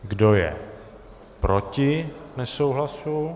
Kdo je proti nesouhlasu?